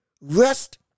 rest